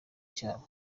cyabo